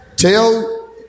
Tell